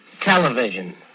Television